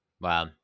wow